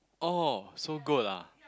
oh so good lah